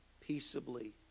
peaceably